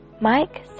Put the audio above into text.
Mike